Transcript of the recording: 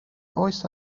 oes